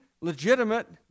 legitimate